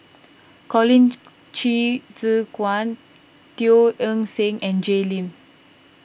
Colin Qi Zhe Quan Teo Eng Seng and Jay Lim